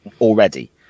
already